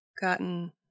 gotten